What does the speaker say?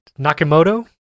Nakamoto